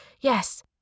Yes